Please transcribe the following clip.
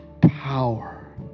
Power